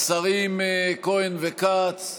השרים כהן וכץ,